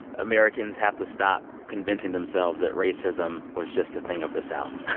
americans have to stop convincing themselves that racism was just a thing of the south.